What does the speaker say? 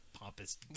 pompous